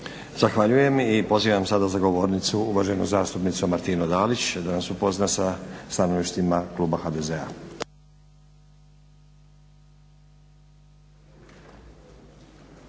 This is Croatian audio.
Zahvaljujem. I pozivam sada za govornicu uvaženu zastupnicu Martinu Dalić da nas upozna sa stanovištima kluba HDZ-a.